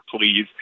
please